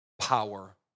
Power